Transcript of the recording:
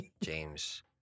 James